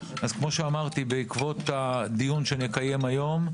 כמו שאמרתי, בעקבות הדיון שנקיים היום,